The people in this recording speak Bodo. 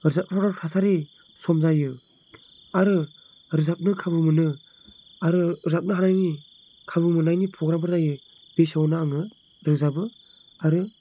रोजाबथावना थासारि सम जायो आरो रोजाबनो खाबु मोनो आरो रोजाबनो हानायनि खाबु मोननायनि पग्रामफोर जायो बे समावनो आङो रोजाबो आरो